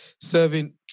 serving